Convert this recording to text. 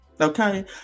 Okay